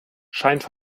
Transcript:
scheint